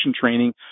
training